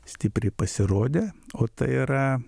stipriai pasirodė o tai yra